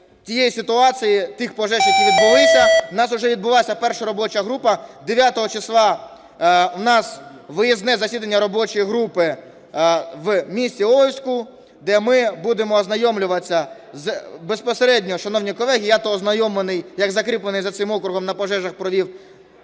тієї ситуації, тих пожеж, які відбулися. У нас уже відбулася перша робоча група. 9 числа у нас виїзне засідання робочої групи в місті Олевську, де ми будемо ознайомлюватися безпосередньо… Шановні колеги, я то ознайомлений як закріплений за цим округом, на пожежах провів